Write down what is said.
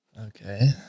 Okay